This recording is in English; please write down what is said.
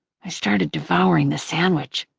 i started devouring the sandwich.